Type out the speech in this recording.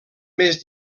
més